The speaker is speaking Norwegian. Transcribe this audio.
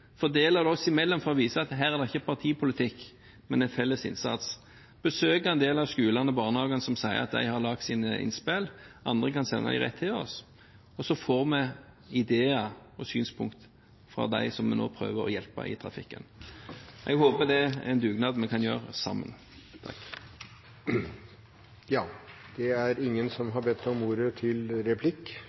det oss imellom for å vise at her er det ikke partipolitikk, men en felles innsats, og besøke en del av skolene og barnehagene som sier at de har lagd sine innspill – andre kan sende dem rett til oss. Så får vi ideer og synspunkter fra dem som vi nå prøver å hjelpe i trafikken. Jeg håper det er en dugnad vi kan gjøre sammen. Flere har ikke bedt om ordet til sak nr. 4. Me har